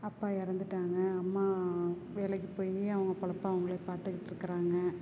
அப்பா இறந்துட்டாங்க அம்மா வேலைக்கு போய் அவங்க பொழைப்ப அவங்களே பார்த்துக்கிட்டு இருக்கிறாங்க